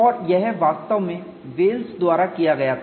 और यह वास्तव में वेल्स द्वारा किया गया था